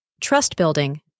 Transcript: Trust-Building